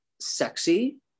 sexy